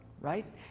right